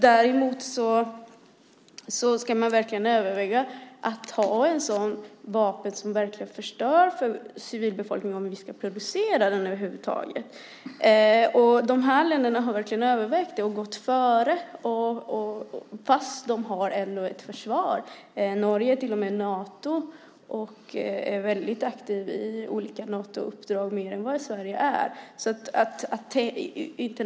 Däremot ska man verkligen överväga om vi över huvud taget ska producera ett sådant vapen som förstör för civilbefolkningen. De här länderna har övervägt det och gått före, fast de har ändå ett försvar. Norge är med i Nato till och med och är väldigt aktivt i olika Natouppdrag, mer än vad Sverige är.